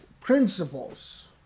principles